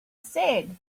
said